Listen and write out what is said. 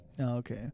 okay